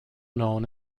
known